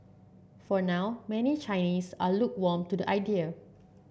for now many Chinese are lukewarm to the idea